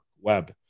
web